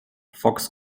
fox